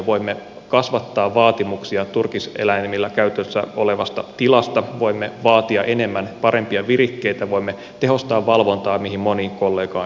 voimme kasvattaa vaatimuksia turkiseläimillä käytössä olevasta tilasta voimme vaatia enemmän parempia virikkeitä voimme tehostaa valvontaa mihin moni kollega on edellä viitannut